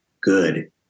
good